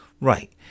Right